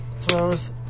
throws